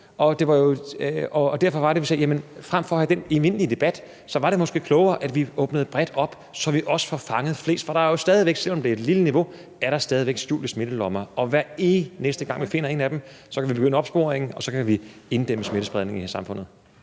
Derfor var det, at vi sagde: Frem for at have den evindelige debat var det måske klogere, at vi åbnede bredt op, så vi også får fanget flest, for der er jo stadig væk, selv om det er et lille niveau, skjulte smittelommer, og hver eneste gang man finder en af dem, kan vi begynde opsporingen, og så kan vi inddæmme smittespredningen i samfundet.